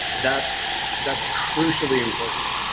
that's that's crucially important.